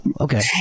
okay